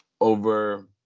over